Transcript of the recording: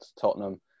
Tottenham